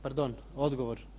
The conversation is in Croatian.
Pardon, odgovor.